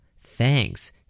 Thanks